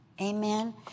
amen